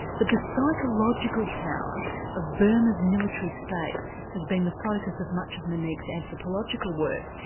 but the psychological power of burma's military state has been the focus of much of monique's anthropological work.